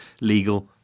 legal